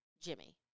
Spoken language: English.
Jimmy